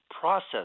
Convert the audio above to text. process